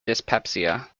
dyspepsia